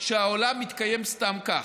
שהעולם מתקיים סתם כך.